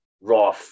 raw